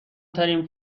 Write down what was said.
ترین